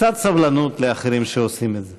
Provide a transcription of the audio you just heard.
קצת סבלנות לאחרים שעושים את זה.